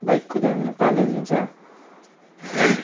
bike कुदाउने पालो दिन्छ